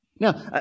Now